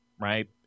right